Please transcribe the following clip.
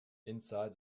inside